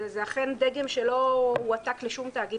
זה אכן דגם שלא הועתק לשום תאגיד